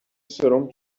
سرم